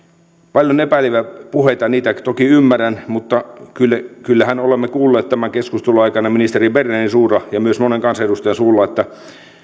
paljon on epäileviä puheita niitäkin toki ymmärrän mutta kyllähän olemme kuulleet tämän keskustelun aikana ministeri bernerin suulla ja myös monen kansanedustajan suulla että